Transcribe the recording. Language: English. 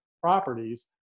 properties